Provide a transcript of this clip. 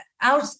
out